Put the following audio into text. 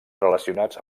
relacionats